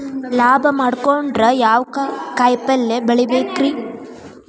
ಲಾಭ ಮಾಡಕೊಂಡ್ರ ಯಾವ ಕಾಯಿಪಲ್ಯ ಬೆಳಿಬೇಕ್ರೇ?